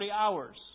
hours